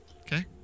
Okay